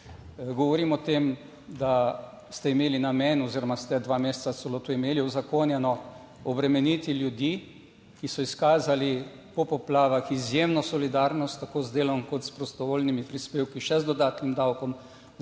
Govorim o tem, da ste imeli namen oziroma ste dva meseca celo to imeli uzakonjeno, obremeniti ljudi, ki so izkazali po poplavah izjemno solidarnost tako z delom kot s prostovoljnimi prispevki, še z dodatnim davkom